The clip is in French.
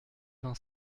vingt